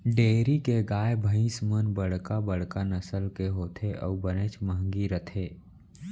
dairy के गाय भईंस मन बड़का बड़का नसल के होथे अउ बनेच महंगी रथें